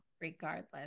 regardless